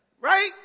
Right